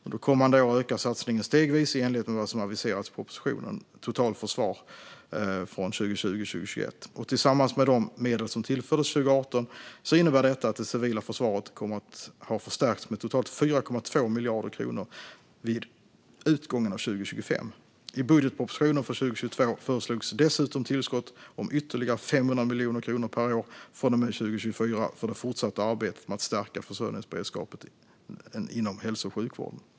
Under kommande år ökar satsningen stegvis i enlighet med vad som aviserats i propositionen om totalförsvaret från 2020/21. Tillsammans med de medel som tillfördes 2018 innebär detta att det civila försvaret kommer att ha förstärkts med totalt 4,2 miljarder kronor vid utgången av 2025. I budgetpropositionen för 2022 föreslogs dessutom tillskott om ytterligare 500 miljoner kronor per år från och med 2024 för det fortsatta arbetet med att stärka försörjningsberedskapen inom hälso och sjukvården.